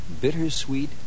bittersweet